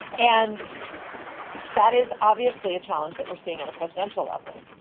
and that is obviously a challenge that we're seeing on a presidential level.